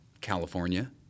California